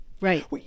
Right